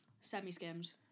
semi-skimmed